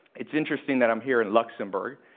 it's interesting that i'm here in luxembourg,